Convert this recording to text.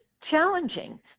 challenging